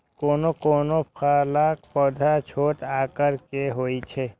कोनो कोनो फलक पौधा छोट आकार के होइ छै